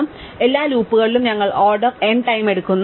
അതിനാൽ എല്ലാ ലൂപ്പുകളിലും ഞങ്ങൾ ഓർഡർ n ടൈം എടുക്കുന്നു